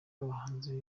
rw’abahanzi